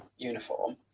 uniform